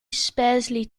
sparsely